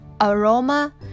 aroma